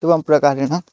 एवं प्रकारेण